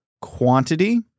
quantity